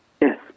Yes